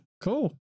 cool